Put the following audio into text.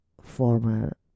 former